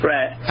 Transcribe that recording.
Right